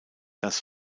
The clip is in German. das